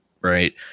right